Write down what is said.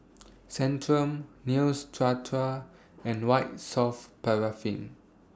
Centrum Neostrata and White Soft Paraffin